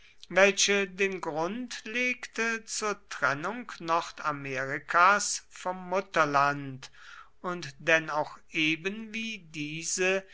welche den grund legte zur trennung nordamerikas vom mutterland und denn auch ebenwie diese